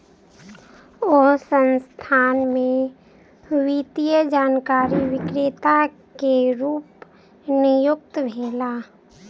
ओ संस्थान में वित्तीय जानकारी विक्रेता के रूप नियुक्त भेला